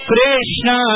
Krishna